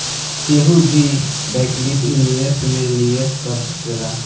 केहू भी वैकल्पिक निवेश में निवेश कर सकेला